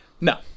no